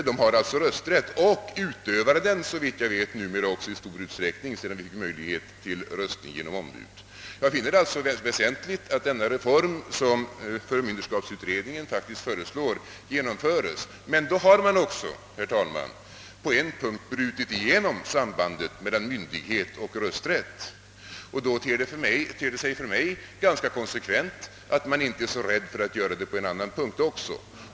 De har alltså rösträtt, och de utövar den numera också såvitt jag vet i stor utsträckning, sedan de fått möjlighet att rösta genom ombud. Jag finner det alltså väsentligt att denna reform, som förmynderskapsutredningen föreslår, genomförs. Men då har man också, herr talman, på en punkt brutit sambandet mellan myndighetsålder och rösträttsålder, och då ter det sig för mig konsekvent att man inte längre är så rädd för att göra det på andra punkter.